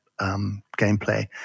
gameplay